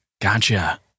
Gotcha